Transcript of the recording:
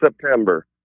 September